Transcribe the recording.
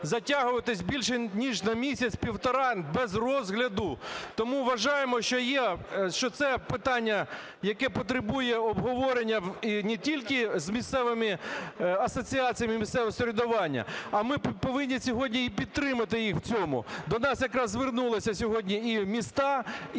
затягуватись більше ніж на місяць-півтора без розгляду. Тому вважаємо, що це питання, яке потребує обговорення не тільки з місцевими асоціаціями місцевого самоврядування, а ми повинні сьогодні і підтримати їх в цьому. До нас якраз звернулися сьогодні і міста, і селища,